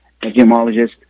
epidemiologist